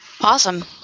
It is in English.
awesome